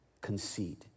conceit